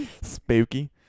Spooky